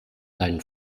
deinen